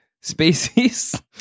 species